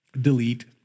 Delete